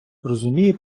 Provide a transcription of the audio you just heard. розуміє